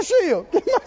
shield